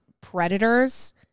predators